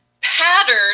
pattern